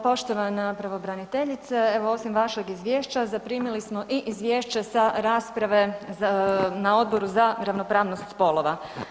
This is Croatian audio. Poštovana pravobraniteljice, evo osim vašeg izvješća, zaprimili smo i izvješće sa rasprave na Odboru za ravnopravnost spolova.